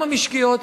גם המשקיות,